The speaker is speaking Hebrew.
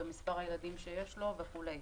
מספר הילדים שיש לו וכו'.